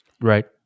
Right